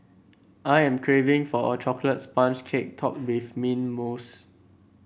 I am craving for a chocolate sponge cake topped with mint mousse